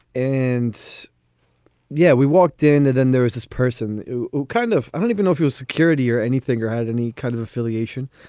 and yeah, we walked in. then there was this person kind of. i don't even know if your security or anything or had any kind of affiliation.